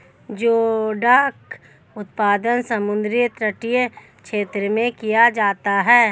जोडाक उत्पादन समुद्र तटीय क्षेत्र में किया जाता है